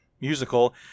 musical